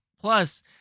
plus